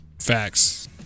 Facts